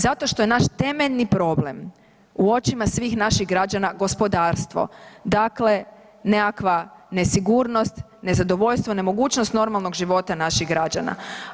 Zato što je naš temeljni problem u očima svih naših građana gospodarstvo, dakle nekakva nesigurnost, nezadovoljstvo, nemogućnost normalnog života naših građana.